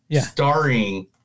starring